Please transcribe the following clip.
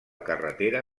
carretera